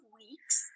weeks